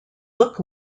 look